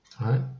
right